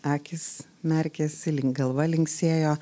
akys merkėsi link galva linksėjo